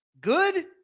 good